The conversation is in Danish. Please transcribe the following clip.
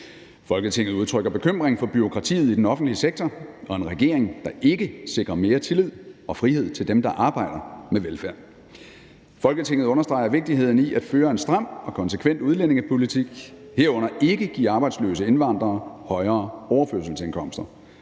Folketinget udtrykker bekymring for bureaukratiet i den offentlige sektor og en regering, der ikke sikrer mere tillid og frihed til dem, der arbejder med velfærd. Folketinget understreger vigtigheden af at føre en stram og konsekvent udlændingepolitik, herunder ikke at give arbejdsløse indvandrere højere overførselsindkomster.